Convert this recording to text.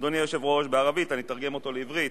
אדוני היושב-ראש, אני אתרגם אותו לעברית,